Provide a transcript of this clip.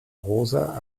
rosa